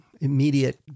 immediate